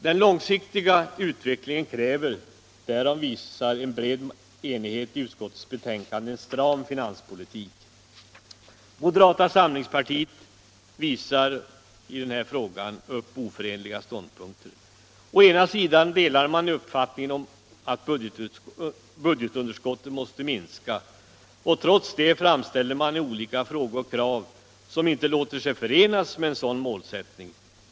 Den långsiktiga utvecklingen kräver — därom visas bred enighet i utskottets betänkande — en stram finanspolitik. Moderata samlingspartiet visar i denna fråga upp oförenliga ståndpunkter. Å ena sidan delar man uppfattningen att budgetunderskottet måste minska. Å andra sidan framställer man trots detta i olika frågor krav som inte låter sig förenas med en sådan målsättning.